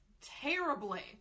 terribly